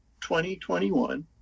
2021